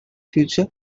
future